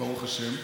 ברוך השם.